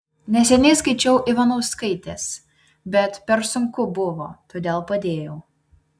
neseniai skaičiau ivanauskaitės bet per sunku buvo todėl padėjau